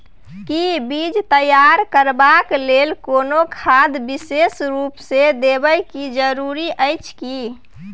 कि बीज तैयार करबाक लेल कोनो खाद विशेष रूप स देबै के जरूरी अछि की?